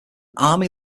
army